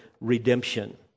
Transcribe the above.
redemption